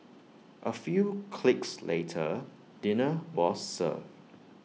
A few clicks later dinner was served